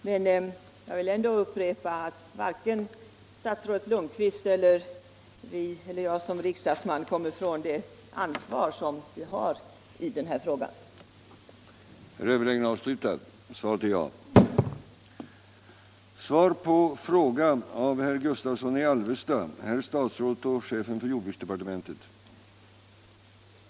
Men jag vill upprepa att varken statsrådet Lundkvist eller jag själv som riksdagsman kommer ifrån det ansvar som vi har i denna livsviktiga fråga.